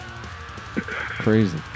Crazy